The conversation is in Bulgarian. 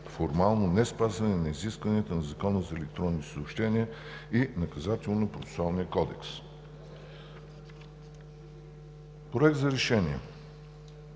формално неспазване изискванията на Закона за електронните съобщения и Наказателно-процесуалния кодекс. „Проект! РЕШЕНИЕ